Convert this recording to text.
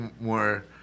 more